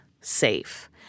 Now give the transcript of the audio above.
safe